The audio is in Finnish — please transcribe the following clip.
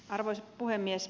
arvoisa puhemies